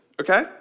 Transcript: okay